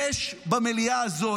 יש במליאה הזו,